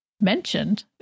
mentioned